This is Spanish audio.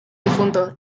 difunto